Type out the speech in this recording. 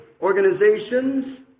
organizations